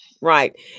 Right